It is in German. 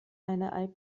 eine